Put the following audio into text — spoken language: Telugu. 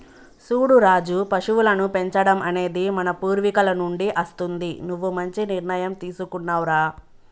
సూడు రాజు పశువులను పెంచడం అనేది మన పూర్వీకుల నుండి అస్తుంది నువ్వు మంచి నిర్ణయం తీసుకున్నావ్ రా